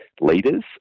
leaders